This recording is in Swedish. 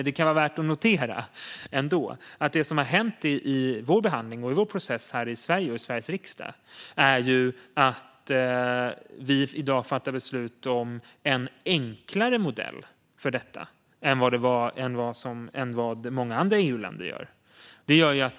Det kan vara värt att notera att det som har hänt i behandlingen i Sveriges riksdag är att vi i dag fattar beslut om en enklare modell än vad många andra EU-länder gör.